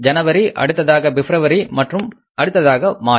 ஜனவரி அடுத்ததாக பிப்ரவரி மற்றும் அடுத்ததாக மார்ச்